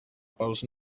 pels